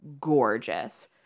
gorgeous